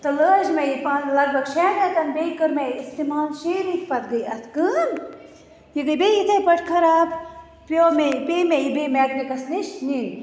تہٕ لٲج مےٚ یہِ پانہٕ لَگ بَگ شیٚن ریٚتَن بیٚیہِ کٔر مےٚ یہِ اِستمال شیٚیہِ ریٚتۍ پَتہٕ گٔیہِ اتھ کٲم یہِ گٔیہِ بیٚیہِ یِتھٕے پٲٹھۍ خَراب پیٚو پیٚے مےٚ یہِ پیٚیہِ مےٚ یہِ بیٚیہِ میٚکنِکَس نِش نِنۍ